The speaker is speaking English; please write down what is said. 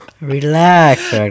Relax